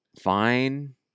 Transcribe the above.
Fine